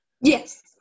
yes